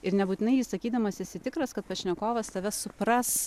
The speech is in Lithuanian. ir nebūtinai jį sakydamas esi tikras kad pašnekovas tave supras